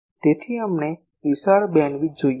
તેથી અમને વિશાળ બેન્ડવિડ્થ જોઈએ છે